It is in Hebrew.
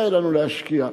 מכירים,